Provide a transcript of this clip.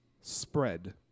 spread